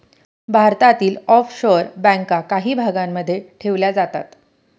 भारतातील ऑफशोअर बँका काही भागांमध्ये ठेवल्या जातात